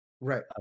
right